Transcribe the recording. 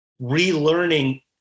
relearning